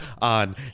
on